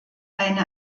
eine